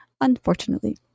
unfortunately